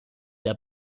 der